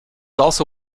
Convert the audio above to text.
also